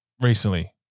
recently